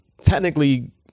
technically